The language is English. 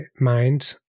mind